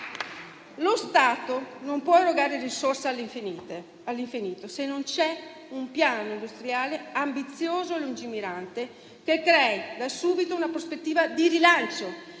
Lo Stato non può erogare risorse all'infinito, se non c'è un piano industriale ambizioso e lungimirante che crei da subito una prospettiva di rilancio